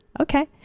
Okay